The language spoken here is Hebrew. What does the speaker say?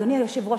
אדוני היושב-ראש,